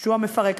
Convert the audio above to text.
שהוא המפרק.